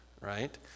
right